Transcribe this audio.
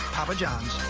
papa john's.